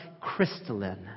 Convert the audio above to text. crystalline